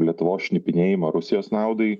lietuvos šnipinėjimą rusijos naudai